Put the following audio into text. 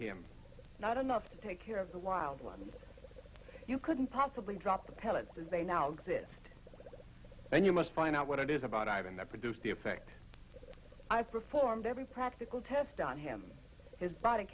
him not enough to take care of the wildlife you couldn't possibly drop the pellets as they now exist and you must find out what it is about ivan that produced the effect i performed every practical test on him his body